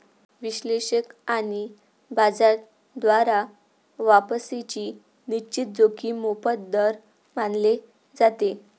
विश्लेषक आणि बाजार द्वारा वापसीची निश्चित जोखीम मोफत दर मानले जाते